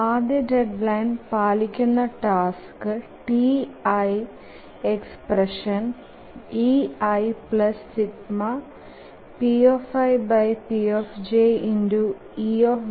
ആദ്യ ഡെഡ്ലൈൻ പാലിക്കുന്ന task Ti expression ei ∑⌈ pipj⌉∗ejpi